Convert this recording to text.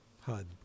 HUD